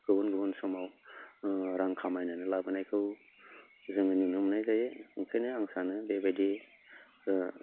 गुबुन गुबुन समाव रां खामायनानै लाबोनायखौ जोङो नुनो मोनना जायो ओंखायनो आं सानो बेबायदि